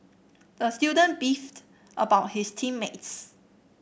the student beefed about his team mates